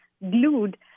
glued